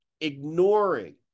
ignoring